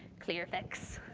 clearfix.